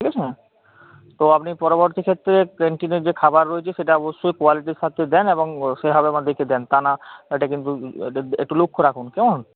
ঠিক আছে তো আপনি পরবর্তী ক্ষেত্রে ক্যান্টিনের যে খাবার রয়েছে সেটা অবশ্যই কোয়ালিটির সাথে দেন এবং সেভাবে একবার দেকে দেন তা না এটা কিন্তু একটু লক্ষ্য রাখুন কেমন